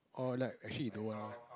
or like actually he do one how